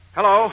Hello